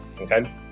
okay